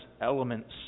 elements